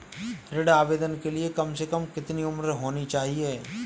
ऋण आवेदन के लिए कम से कम कितनी उम्र होनी चाहिए?